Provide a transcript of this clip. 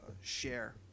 share